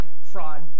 fraud